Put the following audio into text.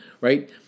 right